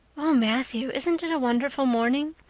oh, matthew, isn't it a wonderful morning?